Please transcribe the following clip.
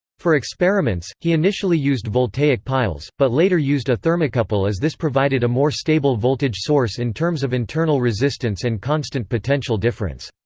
for experiments, he initially used voltaic piles, but later used a thermocouple as this provided a more stable voltage source in terms of internal resistance and constant potential difference.